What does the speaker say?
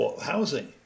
housing